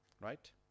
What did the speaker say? Right